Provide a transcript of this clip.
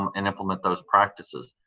um and implement those practices.